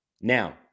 now